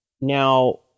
now